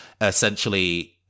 essentially